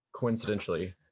Coincidentally